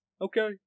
Okay